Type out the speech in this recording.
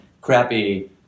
crappy